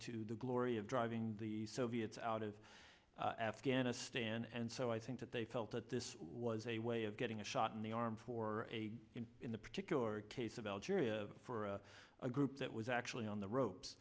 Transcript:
to the glory of driving the soviets out of afghanistan and so i think that they felt that this was a way of getting a shot in the arm for a in the particular case of algeria for a group that was actually on the ropes